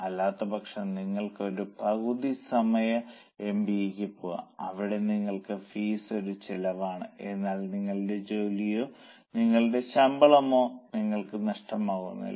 അല്ലാത്തപക്ഷം നിങ്ങൾക്ക് ഒരു പകുതി സമയ എംബിഎയ്ക്ക്പോകാം അവിടെ നിങ്ങളുടെ ഫീസ് ഒരു ചെലവാണ് എന്നാൽ നിങ്ങളുടെ ജോലിയോ നിങ്ങളുടെ ശമ്പളമോ നിങ്ങൾക്ക് നഷ്ടമാകുന്നില്ല